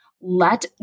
Let